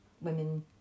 women